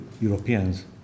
Europeans